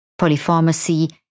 polypharmacy